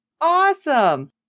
Awesome